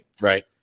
Right